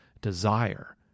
desire